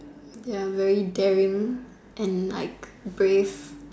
Their very daring and like brave